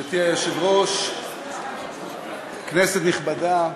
גברתי היושבת-ראש, כנסת נכבדה,